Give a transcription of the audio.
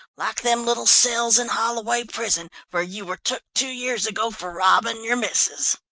like them little cells in holloway prison, where you were took two years ago for robbing your missus.